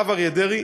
הרב אריה דרעי,